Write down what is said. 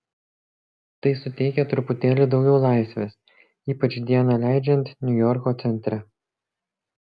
tai suteikia truputėlį daugiau laisvės ypač dieną leidžiant niujorko centre